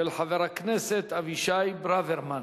של חבר הכנסת אבישי ברוורמן.